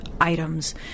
items